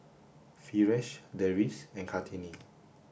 Firash Deris and Kartini